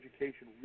education